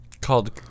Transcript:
Called